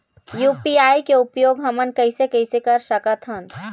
UPI के उपयोग हमन कैसे कैसे कर सकत हन?